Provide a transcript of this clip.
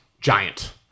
giant